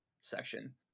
section